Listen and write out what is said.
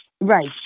Right